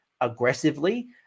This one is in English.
aggressively